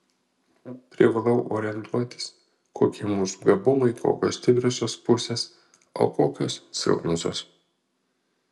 privalau orientuotis kokie mūsų gabumai kokios stipriosios pusės o kokios silpnosios